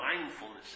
mindfulness